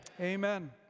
Amen